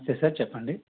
నమస్తే సార్ చెప్పండి